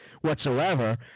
whatsoever